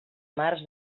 març